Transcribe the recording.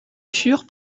fur